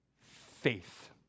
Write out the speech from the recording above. Faith